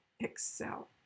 Excel